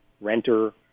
renter